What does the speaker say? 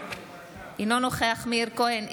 אינו נוכח מאיר כהן,